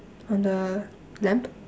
on the lamp